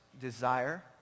desire